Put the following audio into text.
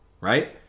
Right